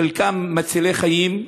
חלקם מצילי חיים,